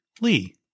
lee